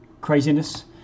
craziness